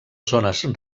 zones